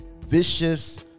vicious